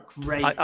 great